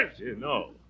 No